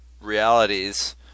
realities